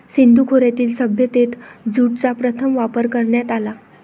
सिंधू खोऱ्यातील सभ्यतेत ज्यूटचा प्रथम वापर करण्यात आला